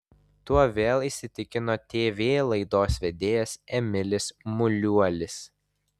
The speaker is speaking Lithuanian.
tuo vėl įsitikino tv laidos vedėjas emilis muliuolis